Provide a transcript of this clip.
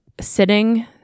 sitting